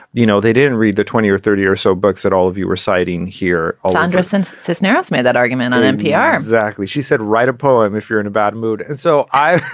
you know, they didn't read the twenty or thirty or so books that all of you were citing here all understand. cisneros made that argument on npr exactly. she said, write a poem if you're in a bad mood. and so i